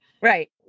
Right